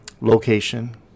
location